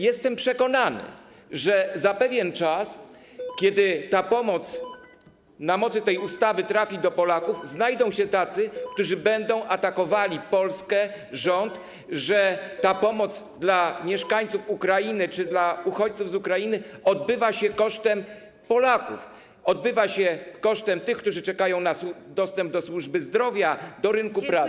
Jestem przekonany, że za pewien czas, kiedy pomoc udzielana na mocy tej ustawy trafi do Ukraińców, znajdą się tacy, którzy będą atakowali Polskę, rząd, że ta pomoc dla mieszkańców Ukrainy czy dla uchodźców z Ukrainy odbywa się kosztem Polaków, kosztem tych, którzy czekają na dostęp do służby zdrowia, do rynku pracy.